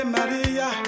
Maria